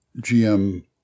GM